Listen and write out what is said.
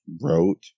wrote